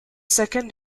second